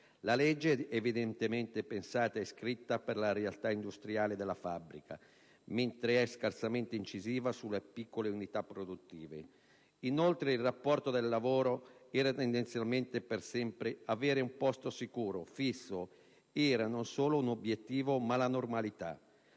La legge, evidentemente pensata e scritta per la realtà industriale della fabbrica, risultò scarsamente incisiva sulle piccole unità produttive. Inoltre, il rapporto di lavoro era tendenzialmente "per sempre": avere un posto sicuro, fisso, era non solo un obiettivo, ma la normalità.